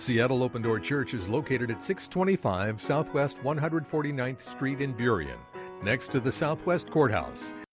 seattle open door church is located at six twenty five south west one hundred forty ninth street in derian next to the southwest courthouse